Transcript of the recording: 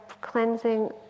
cleansing